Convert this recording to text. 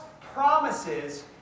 promises